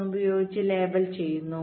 1 ഉപയോഗിച്ച് ലേബൽ ചെയ്യുന്നു